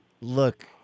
look—